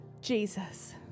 Jesus